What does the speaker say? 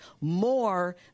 more